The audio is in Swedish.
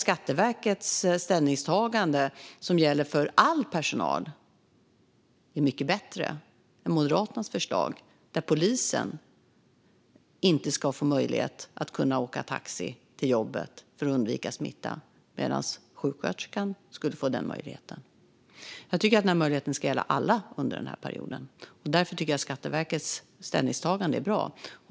Skatteverkets ställningstagande är därför mycket bättre än Moderaternas förslag, eftersom polisen enligt det inte ska få möjlighet att åka taxi till jobbet för att undvika smitta medan sjuksköterskan skulle kunna det. Jag tycker att möjligheten ska gälla alla under den här perioden, och därför är Skatteverkets ställningstagande bra.